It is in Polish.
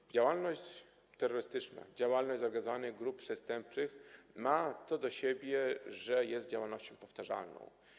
Otóż działalność terrorystyczna, działalność zorganizowanych grup przestępczych ma to do siebie, że jest działalnością powtarzalną.